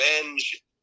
revenge